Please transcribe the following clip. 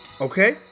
okay